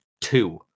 two